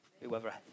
Whoever